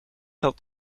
had